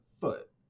foot